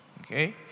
okay